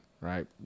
right